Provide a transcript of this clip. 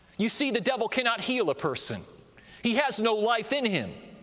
you see, the devil cannot heal a person he has no life in him.